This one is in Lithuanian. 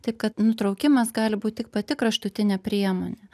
taip kad nutraukimas gali būt tik pati kraštutinė priemonė